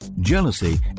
Jealousy